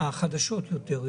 החדשות יותר.